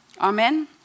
Amen